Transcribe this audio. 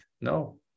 No